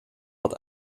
wat